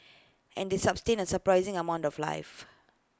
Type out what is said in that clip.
and they sustain A surprising amount of life